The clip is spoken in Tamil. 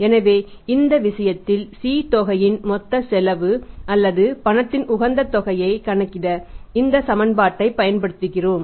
எனவே இந்த விஷயத்தில் C தொகையின் மொத்த செலவு அல்லது பணத்தின் உகந்த தொகையை கணக்கிட இந்த சமன்பாட்டைப் பயன்படுத்துகிறோம்